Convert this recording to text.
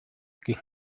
aquí